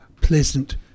pleasant